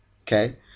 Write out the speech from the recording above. Okay